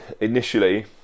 Initially